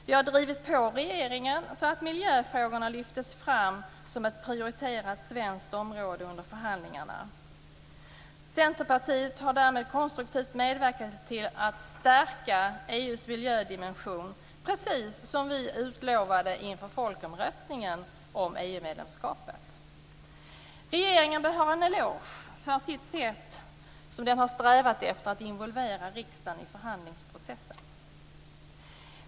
Vi har drivit på regeringen så att miljöfrågorna lyftes fram som ett prioriterat svenskt område under förhandlingarna. Centerpartiet har därmed konstruktivt medverkat till att stärka EU:s miljödimension, precis som vi utlovade inför folkomröstningen om EU-medlemskapet. Regeringen bör ha en eloge för det sätt på vilket den har strävat efter att involvera riksdagen i förhandlingsprocessen.